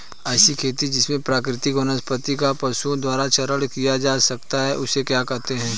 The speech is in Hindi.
ऐसी खेती जिसमें प्राकृतिक वनस्पति का पशुओं द्वारा चारण किया जाता है उसे क्या कहते हैं?